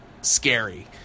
scary